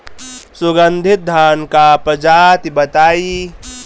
सुगन्धित धान क प्रजाति बताई?